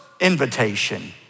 invitation